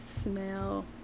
Smell